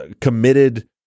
committed